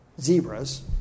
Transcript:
zebras